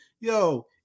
yo